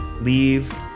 leave